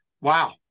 wow